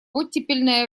оттепельное